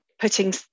putting